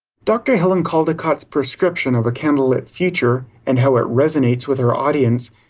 dr. helen caldicott's prescription of a candle-lit future, and how it resonates with her audience,